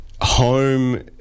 home